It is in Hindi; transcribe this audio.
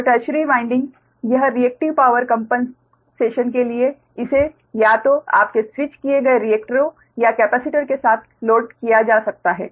तो टर्शियरी वाइंडिंग यह रिएक्टिव पावर कम्पेन्सेशन के लिए इसे या तो आपके स्विच किए गए रिएक्टरों या कैपेसिटर के साथ लोड किया जा सकता है